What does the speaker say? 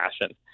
passion